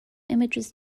images